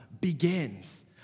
begins